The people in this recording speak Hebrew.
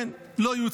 כן, לא יוצלחים.